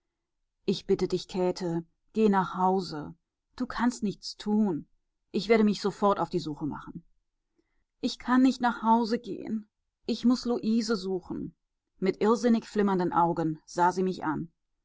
ich bitte dich käthe geh nach hause du kannst nichts tun ich werde mich sofort auf die suche machen ich kann nicht nach hause gehen ich muß luise suchen mit irrsinnig flimmernden augen sah sie mich an